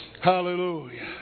Hallelujah